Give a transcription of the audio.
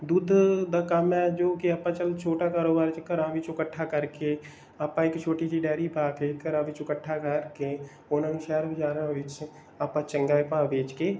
ਦੁੱਧ ਦਾ ਕੰਮ ਹੈ ਜੋ ਕਿ ਆਪਾਂ ਚਲ ਛੋਟਾ ਕਾਰੋਬਾਰ 'ਚ ਘਰਾਂ ਵਿੱਚੋਂ ਇਕੱਠਾ ਕਰਕੇ ਆਪਾਂ ਇੱਕ ਛੋਟੀ ਜਿਹੀ ਡੈਰੀ ਪਾ ਕੇ ਘਰਾਂ ਵਿੱਚੋਂ ਇਕੱਠਾ ਕਰਕੇ ਉਹਨਾਂ ਨੂੰ ਸ਼ਹਿਰ ਬਜ਼ਾਰਾਂ ਵਿੱਚ ਆਪਾਂ ਚੰਗਾ ਭਾਅ ਵੇਚ ਕੇ